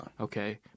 Okay